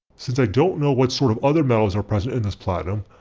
since i don't know what sort of other metals are present in this platinum,